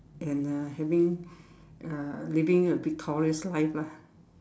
and uh having uh living a victorious life lah